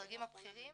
בדרגים הבכירים